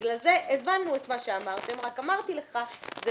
בגלל זה הבנו את מה שאמרתם רק אמרתי לך שזה